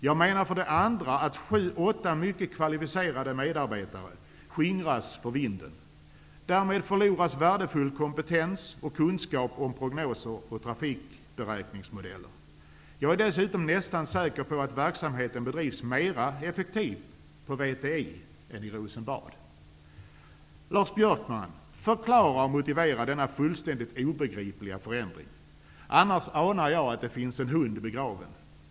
För det andra menar jag att sju åtta mycket kvalificerade medarbetare skingras och sprids för vinden. Därmed förloras värdefull kompetens och kunskap om prognoser och trafikberäkningsmodeller. Vidare är jag nästan säker på att verksamheten bedrivs effektivare på VTI än i Rosenbad. Lars Björkman, förklara och motivera denna fullständigt obegripliga förändring! Om så inte sker, anar jag att här finns en hund begraven.